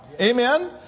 Amen